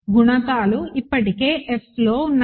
గుణకాలు ఇప్పటికే F లో ఉన్నాయి